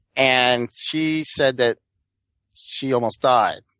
and she said that she almost died.